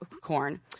corn